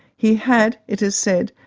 he had, it is said,